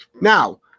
Now